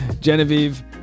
Genevieve